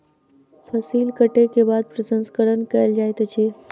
फसिल कटै के बाद प्रसंस्करण कयल जाइत अछि